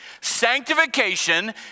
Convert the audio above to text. Sanctification